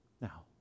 Now